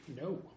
No